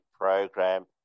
program